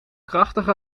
krachtige